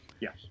Yes